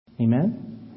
Amen